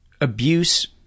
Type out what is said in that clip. abuse